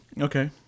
Okay